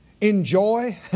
Enjoy